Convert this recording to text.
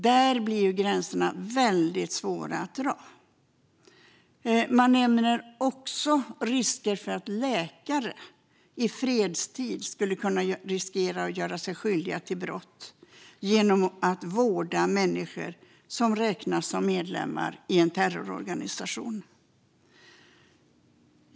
Där blir gränserna väldigt svåra att dra. Man nämner också att läkare i fredstid kan riskera att göra sig skyldiga till brott genom att vårda människor som räknas som medlemmar i en terroristorganisation.